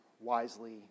wisely